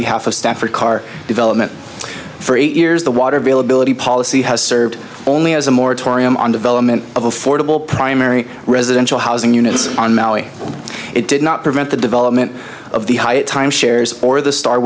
behalf of staff for car development for eight years the water availability policy has served only as a moratorium on development of affordable primary residential housing units on maui it did not prevent the development of the timeshares or the star